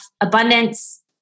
abundance